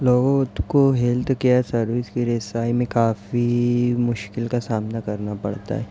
لوگوں کو health care service کے لیے سائے میں کافی مشکل کا سامنا کرنا پڑتا ہے